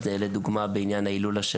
לדוגמה בעניין ההילולה.